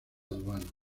aduana